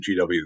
GW